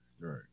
Right